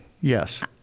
Yes